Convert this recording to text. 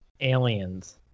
Aliens